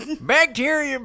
Bacteria